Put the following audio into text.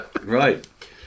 Right